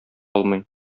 алмый